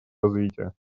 развития